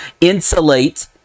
insulate